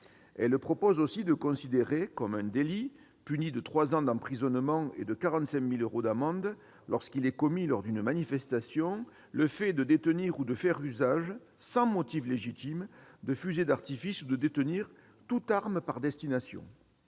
Elle prévoit aussi de considérer comme un délit, puni de trois ans d'emprisonnement et de 45 000 euros d'amende, lorsqu'il est commis lors d'une manifestation, le fait de détenir ou de faire usage, sans motif légitime, de fusées d'artifice ou de détenir toute arme par destination.